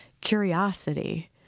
curiosity